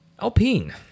Alpine